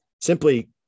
simply